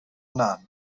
none